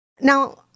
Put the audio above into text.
Now